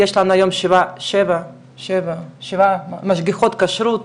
יש לנו היום שבע משגיחות כשרות,